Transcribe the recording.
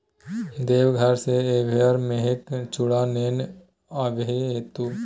देवघर सँ एहिबेर मेहिका चुड़ा नेने आबिहे तु